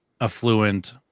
affluent